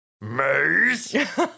Maze